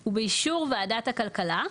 "ובאישור וועדת הכלכלה,